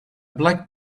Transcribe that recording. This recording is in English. black